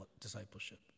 discipleship